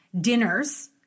dinners